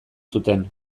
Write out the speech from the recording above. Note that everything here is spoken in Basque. zuten